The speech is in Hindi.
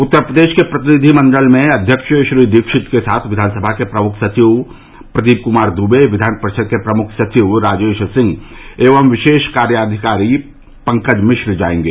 उत्तर प्रदेश के प्रतिनिधि मंडल में अध्यक्ष श्री दीक्षित के साथ विधानसभा के प्रमुख सचिव प्रदीप कुमार दुबे विधान परिषद के प्रमुख सचिव राजेश सिंह एवं विशेष कार्याधिकारी पंकज मिश्र जायेंगे